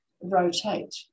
rotate